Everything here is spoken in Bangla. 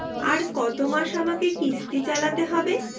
আর কতমাস আমাকে কিস্তি চালাতে হবে?